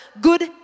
good